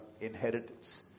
inheritance